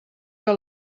que